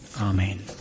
Amen